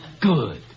Good